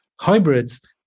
hybrids